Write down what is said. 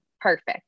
perfect